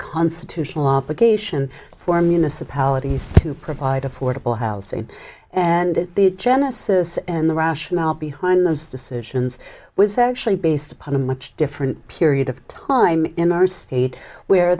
constitutional obligation for municipalities to provide affordable housing and the genesis and the rationale behind those decisions was actually based upon a much different period of time in our state where